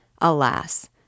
Alas